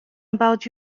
about